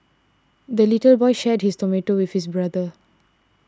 the little boy shared his tomato with his brother